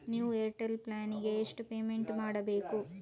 New Airtel plan ಗೆ ಎಷ್ಟು payment ಮಾಡ್ಬೇಕು?